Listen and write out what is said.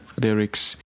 lyrics